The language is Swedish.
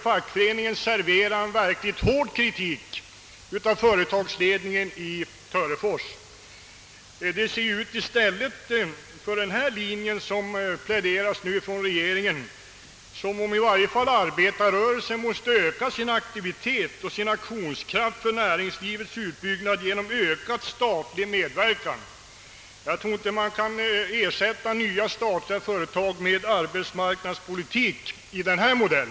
Fackföreningen har serverat en verklig hård kritik av företagsledningen i Törefors AB. Vad beträffar den linje som regeringen nu pläderar för ser det ut som om i varje fall arbetarrörelsen måste öka sin aktivitet och sin aktionskraft för näringslivets utbyggnad genom ökad statlig medverkan. Jag tror inte man kan ersätta nya statliga företag med arbetsmarknadspolitik av denna modell.